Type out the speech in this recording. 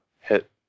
hit